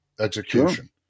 execution